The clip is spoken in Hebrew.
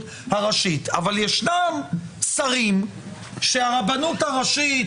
הראשית אבל ישנם שרים שרוממות כבוד הרבנות הראשית